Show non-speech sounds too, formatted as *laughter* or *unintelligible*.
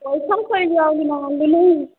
ତ ଆଉ କଣ କରିବୁ *unintelligible* ବି ନାହିଁ